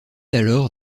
alors